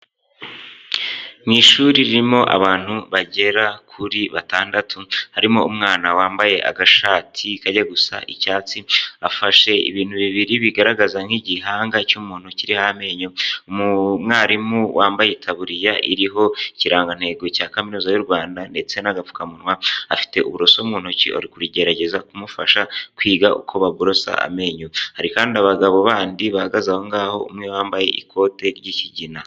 Mu ishuri ririmo abantu bagera kuri batandatu, harimo umwana wambaye agashati kajya gusa icyatsi, afashe ibintu bibiri bigaragaza nk'igihanga cy'umuntu kiriho amenyo, mwarimu wambaye itaburiya iriho ikirangantego cya kaminuza y'u Rwanda ndetse n'agapfukamunwa, afite uburoso mu ntoki, ari kugerageza kumufasha kwiga uko baborosa amenyo. Hari kandi abagabo bandi bahagaze aho ngaho, umwe wambaye ikote ry'ikigina.